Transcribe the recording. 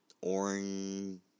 orange